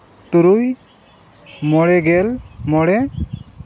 ᱛᱩᱨᱩᱭ ᱢᱚᱬᱮ ᱜᱮᱞ ᱢᱚᱬᱮ